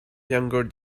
younger